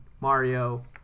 Mario